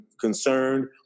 concerned